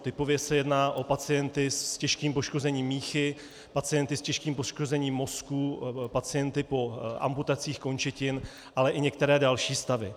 Typově se jedná o pacienty s těžkým poškozením míchy, pacienty s těžkým poškozením mozku, pacienty po amputacích končetin, ale i některé další stavy.